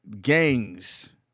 gangs